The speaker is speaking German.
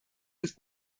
als